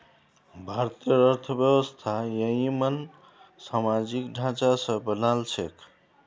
भारतेर अर्थव्यवस्था ययिंमन सामाजिक ढांचा स बनाल छेक